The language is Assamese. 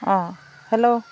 অঁ হেল্ল'